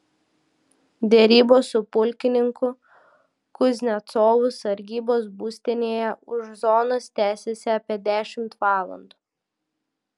derybos su pulkininku kuznecovu sargybos būstinėje už zonos tęsėsi apie dešimt valandų